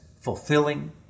fulfilling